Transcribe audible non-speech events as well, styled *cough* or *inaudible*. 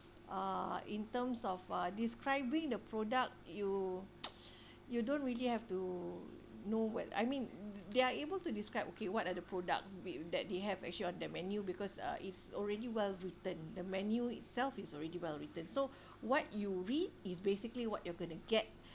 uh in terms of uh describing the product you *noise* you don't really have to know well I mean they're able to describe okay what are the products that they have actually on the menu because uh is already well-written the menu itself is already well written so what you read is basically what you're going to get